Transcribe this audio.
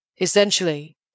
Essentially